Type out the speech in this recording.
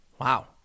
Wow